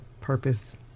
purpose